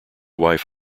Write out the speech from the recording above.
wife